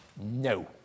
No